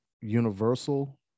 universal